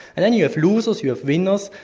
and then you have losers, you have winners,